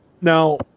now